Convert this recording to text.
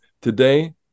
today